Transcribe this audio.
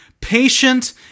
patient